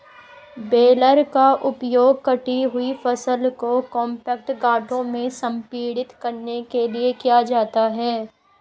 baler का उपयोग कटी हुई फसल को कॉम्पैक्ट गांठों में संपीड़ित करने के लिए किया जाता है